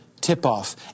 tip-off